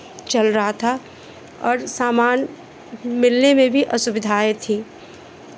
चल रहा था और सामान मिलने में भी असुविधाएं थी